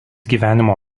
gyvenimo